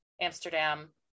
Amsterdam